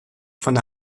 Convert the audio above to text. von